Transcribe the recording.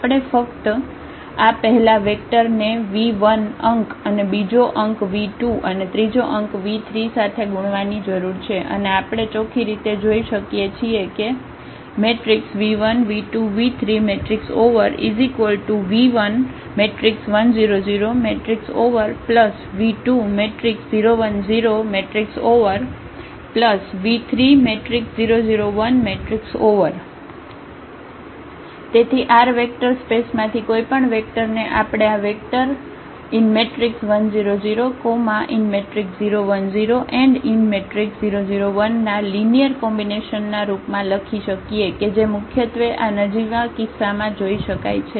આપણે ફક્ત આ પહેલા વેક્ટર ને 𝑣1અંક અને બીજો અંક 𝑣2 અને ત્રીજો અંક 𝑣3 સાથે ગુણવાની જરૂર છે અને આપણે ચોખ્ખી રીતે જોઈ શકીએ છીએ કે v1 v2 v3 v11 0 0 v20 1 0 v30 0 1 તેથી R વેક્ટર સ્પેસ માંથી કોઈપણ વેક્ટર ને આપણે આ વેક્ટર 1 0 0 0 1 0 0 0 1 ના લિનિયર કોમ્બિનેશનના રૂપમાં લખી શકીએ કે જે મુખ્યત્વે આ નજીવા કિસ્સામાં જોઈ શકાય છે